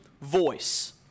voice